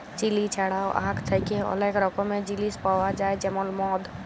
chilli ছাড়াও আখ থ্যাকে অলেক রকমের জিলিস পাউয়া যায় যেমল মদ